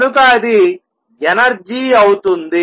కనుక అది ఎనర్జీ అవుతుంది